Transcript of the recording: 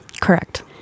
correct